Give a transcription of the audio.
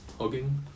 hugging